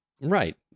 Right